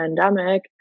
pandemic